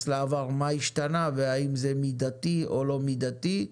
לעבר מה השתנה והאם זה מידתי או לא מידתי.